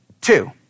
Two